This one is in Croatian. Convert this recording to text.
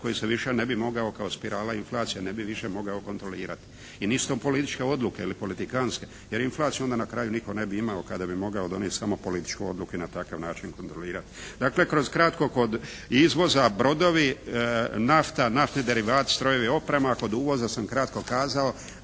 koji se više ne bi mogao kao spirala inflacije ne bi više mogao kontrolirati. I nisu to političke odluke ili politikantske, jer inflaciju onda na kraju nitko ne bi imao kada bi mogao donijeti samo političku odluku i na takav način kontrolirati. Dakle kroz kratko kod izvoza brodovi, nafta, naftni derivati, strojevi i oprema, kod uvoza sam kratko kazao